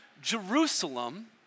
Jerusalem